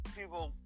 people